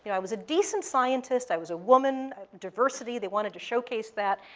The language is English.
but i was a decent scientist, i was a woman, diversity, they wanted to showcase that.